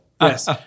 Yes